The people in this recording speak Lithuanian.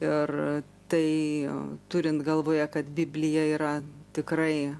ir tai turint galvoje kad biblija yra tikrai